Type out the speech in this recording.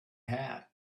hat